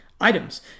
items